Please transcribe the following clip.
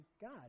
God